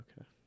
Okay